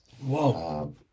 Whoa